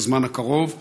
בזמן הקרוב,